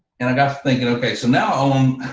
and i got to thinking okay, so now own,